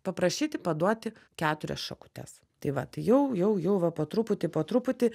paprašyti paduoti keturias šakutes tai vat tai jau jau jau va po truputį po truputį